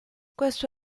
questo